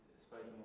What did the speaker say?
speaking